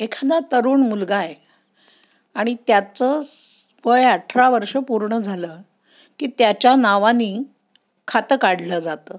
एखादा तरुण मुलगा आहे आणि त्याचं वय अठरा वर्ष पूर्ण झालं की त्याच्या नावाने खातं काढलं जातं